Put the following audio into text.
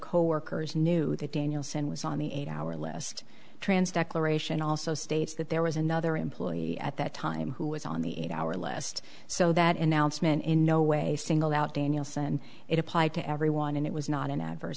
coworkers knew that danielson was on the eight hour list trans declaration also states that there was another employee at that time who was on the eight hour list so that announcement in no way singled out danielson it applied to everyone and it was not an adverse